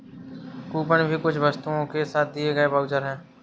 coupon भी कुछ वस्तुओं के साथ दिए गए वाउचर है